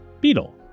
Beetle